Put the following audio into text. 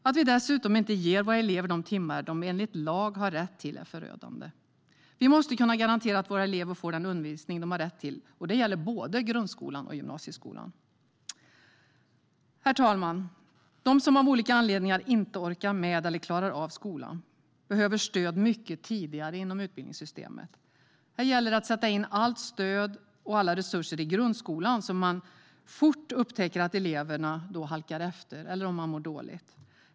Att vi dessutom inte ger våra elever de timmar de enligt lag har rätt till är förödande. Vi måste kunna garantera att våra elever får den undervisning de har rätt till, och det gäller både grundskolan och gymnasieskolan. Herr talman! De som av olika anledningar inte orkar med eller klarar av skolan behöver stöd mycket tidigare inom utbildningssystemet. Här gäller det att sätta in allt stöd och alla resurser i grundskolan så att man fort upptäcker de elever som halkar efter eller mår dåligt.